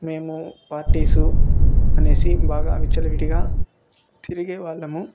మేము పార్టీసు అనేసి బాగా విచ్చలవిడిగా తిరిగే వాళ్ళము